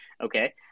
okay